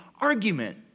argument